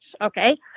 Okay